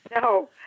no